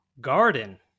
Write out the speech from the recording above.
Garden